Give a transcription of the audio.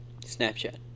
Snapchat